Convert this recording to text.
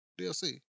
DLC